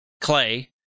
Clay